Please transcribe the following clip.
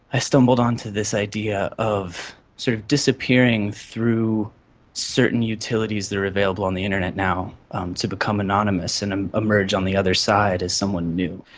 i stumbled onto this idea of sort of disappearing through certain utilities that are available on the internet now to become anonymous and um emerge on the other side as someone new.